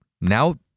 now